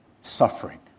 suffering